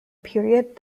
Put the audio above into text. period